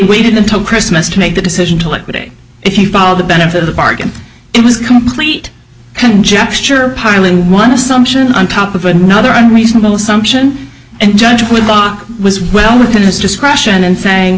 waited until christmas to make the decision to liquidate if you follow the benefit of the bargain it was a complete conjecture piling one assumption on top of another and reasonable assumption and judge would block was well within his discretion in saying